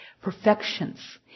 perfections